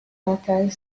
fertile